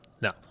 no